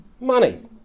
Money